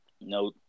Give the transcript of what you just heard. No